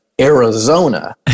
Arizona